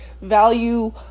value